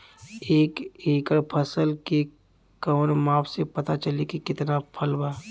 एक एकड़ फसल के कवन माप से पता चली की कितना फल बा?